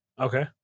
Okay